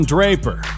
Draper